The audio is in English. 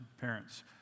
parents